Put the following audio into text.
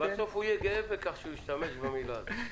בסוף הוא יהיה גאה בכך שהוא השתמש במילה הזאת,